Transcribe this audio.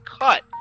cut